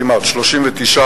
כמעט 39 חברים,